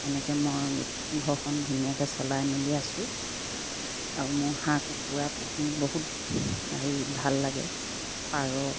এনেকে মই ঘৰখন ধুনীয়াকে চলাই মেলি আছোঁ আৰু মোৰ হাঁহ কুকুৰা পুহি বহুত হেৰি ভাল লাগে পাৰ